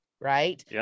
right